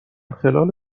خلال